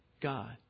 God